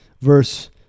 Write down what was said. verse